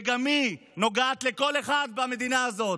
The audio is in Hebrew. שגם היא נוגעת לכל אחד במדינה הזאת,